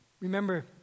Remember